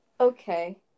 Okay